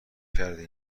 کرده